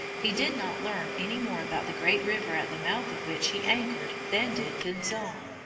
he did not learn any more about the great river at the mouth of which he anchored than did pinzon.